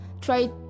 try